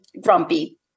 grumpy